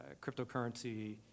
Cryptocurrency